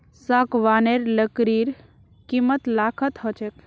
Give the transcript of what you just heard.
सागवानेर लकड़ीर कीमत लाखत ह छेक